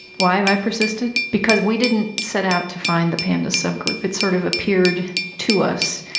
why have i persisted? because we didn't set out to find the pandas subgroup it sort of appeared to us.